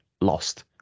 lost